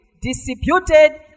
Distributed